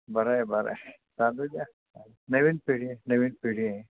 बरं आहे बरं आहे चालू द्या नवीन पिढी आहे नवीन पिढी आहे